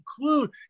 include –